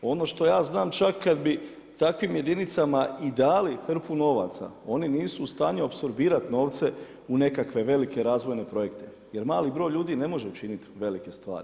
Ono što ja znam da čak kad bi takvim jedinicama i dali hrpu novaca, oni nisu u stanju apsorbirati novce u nekakve velike razvojne projekte, jer mali broj ljudi ne može učiniti velike stvari.